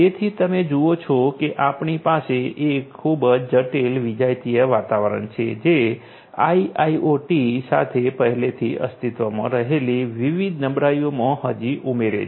તેથી તમે જુઓ છો કે આપણી પાસે એક ખૂબ જટિલ વિજાતીય વાતાવરણ છે જે આઇઆઇઓટી સાથે પહેલાથી અસ્તિત્વમાં રહેલી વિવિધ નબળાઈઓમાં હજી ઉમેરે છે